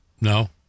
No